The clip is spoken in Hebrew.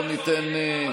בוא ניתן,